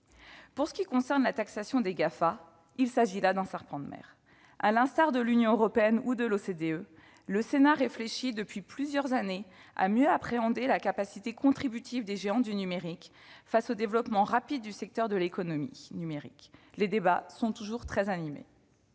fiscales. Quant à la taxation des Gafa, il s'agit d'un serpent de mer. À l'instar de l'Union européenne ou de l'OCDE, le Sénat réfléchit depuis plusieurs années à la manière de mieux appréhender la capacité contributive des géants du numérique, face au développement rapide de ce secteur de l'économie. Les débats sont toujours très animés.